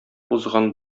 узган